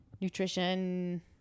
nutrition